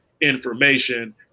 information